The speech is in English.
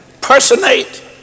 personate